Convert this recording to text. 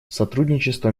сотрудничество